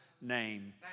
name